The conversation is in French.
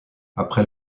après